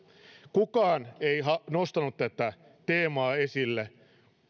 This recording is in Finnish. kukaan ei nostanut tätä teemaa esille